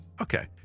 Okay